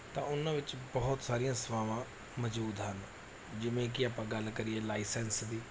ਤਾਂ ਉਹਨਾਂ ਵਿੱਚ ਬਹੁਤ ਸਾਰੀਆਂ ਸੇਵਾਵਾਂ ਮੌਜੂਦ ਹਨ ਜਿਵੇਂ ਕਿ ਆਪਾਂ ਗੱਲ ਕਰੀਏ ਲਾਈਸੈਂਸ ਦੀ